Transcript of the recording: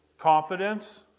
Confidence